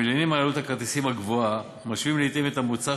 המלינים על עלות הכרטיסים הגבוהה משווים לעתים את המוצר